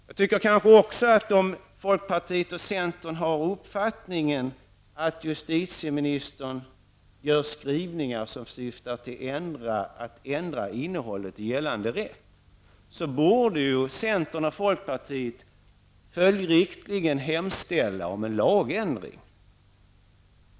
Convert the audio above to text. Jag tycker kanske också att om folkpartiet och centern har uppfattningen att justitieministern gör skrivningar som syftar till att ändra innehållet i gällande rätt, så borde centern och folkpartiet följdriktigt hemställa om en lagändring.